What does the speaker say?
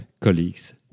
colleagues